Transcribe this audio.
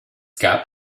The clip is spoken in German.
gab